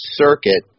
circuit